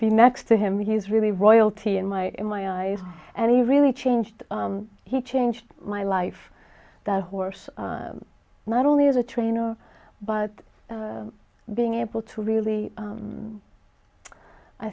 be next to him he's really royalty in my in my eyes and he really changed he changed my life that horse not only as a trainer but being able to really